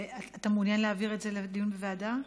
אתה מעוניין להעביר את זה לדיון בוועדה?